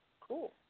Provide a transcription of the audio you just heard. cool